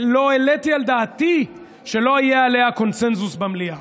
לא העליתי על דעתי שלא יהיה עליה קונסנזוס במליאה,